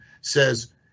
says